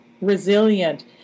resilient